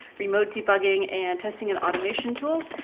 remote debugging and testing and automation tools,